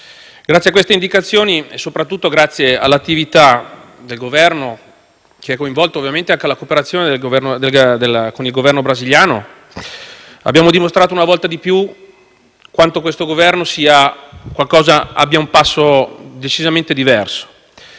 grazie a queste indicazioni e soprattutto grazie all'attività del Governo, con la cooperazione dell'Esecutivo brasiliano, abbiamo dimostrato una volta di più quanto questo Governo abbia un passo decisamente diverso